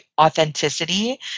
authenticity